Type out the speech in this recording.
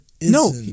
No